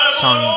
song